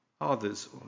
others